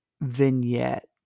vignette